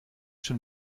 schon